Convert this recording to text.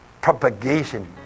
propagation